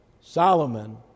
Solomon